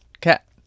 Cat